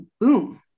boom